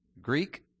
Greek